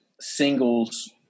singles